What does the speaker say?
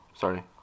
Sorry